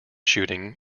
shooting